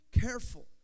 careful